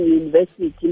university